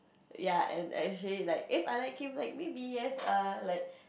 ya and actually like If I like him like then maybe yes err like